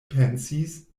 pensis